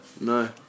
no